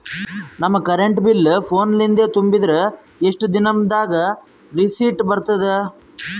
ನಮ್ current bill ಫೋನ ಲಿಂದೇ ತುಂಬಿದ್ರ, ಎಷ್ಟ ದಿ ನಮ್ ದಾಗ ರಿಸಿಟ ಬರತದ?